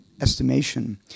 estimation